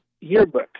yearbook